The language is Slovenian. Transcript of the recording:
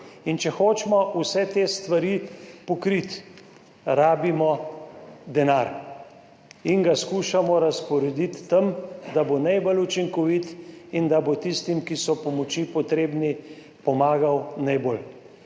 Če hočemo vse te stvari pokriti, rabimo denar in ga skušamo razporediti tja, kjer bo najbolj učinkovit in bo tistim, ki so pomoči potrebni, pomagal najbolj.